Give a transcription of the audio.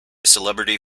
celebrity